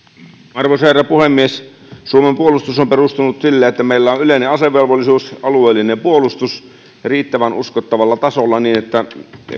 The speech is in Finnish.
arvoisa herra puhemies suomen puolustus on perustunut sille että meillä on yleinen asevelvollisuus alueellinen puolustus riittävän uskottavalla tasolla niin että